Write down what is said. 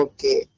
Okay